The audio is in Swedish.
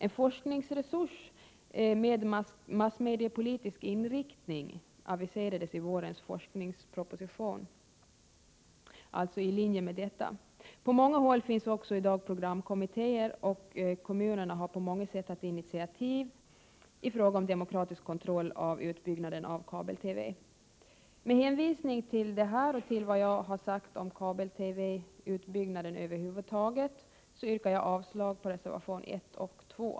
En forskningsresurs med massmediepolitisk inriktning aviserades i vårens forskningsproposition. På många håll finns också i dag programkommittéer, och kommunerna har på många sätt tagit initiativ i fråga om demokratisk kontroll av utbyggnaden av kabel-TV. Med hänvisning till detta och till vad jag sagt om kabel-TV-utbyggnaden över huvud taget yrkar jag avslag på reservationerna 1 och 2.